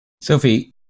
Sophie